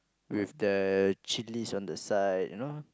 with the chillis on the side you know